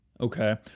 Okay